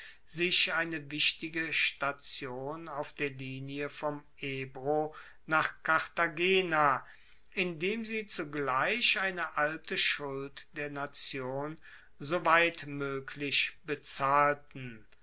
sich eine wichtige station auf der linie vom ebro nach cartagena indem sie zugleich eine alte schuld der nation soweit moeglich bezahlten